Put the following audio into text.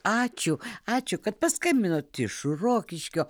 ačiū ačiū kad paskambinot iš rokiškio